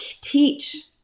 teach